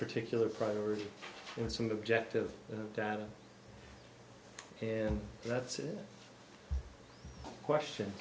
particular priority and some objective data and that's a question